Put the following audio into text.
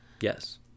Yes